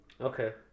Okay